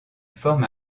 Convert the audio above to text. forme